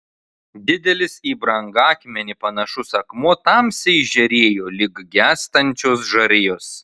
didelis į brangakmenį panašus akmuo tamsiai žėrėjo lyg gęstančios žarijos